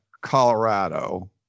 Colorado